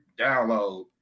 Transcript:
download